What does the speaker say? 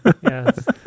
Yes